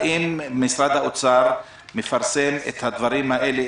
האם משרד האוצר מפרסם את הדברים האלה,